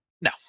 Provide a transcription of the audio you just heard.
no